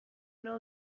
نوع